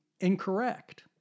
incorrect